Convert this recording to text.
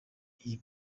iyi